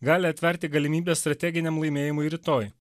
gali atverti galimybes strateginiam laimėjimui rytoj